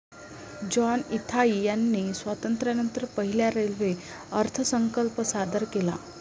John Mathai यांनी स्वातंत्र्यानंतर पहिला रेल्वे अर्थसंकल्प सादर केला